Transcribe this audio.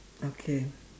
okay